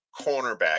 cornerback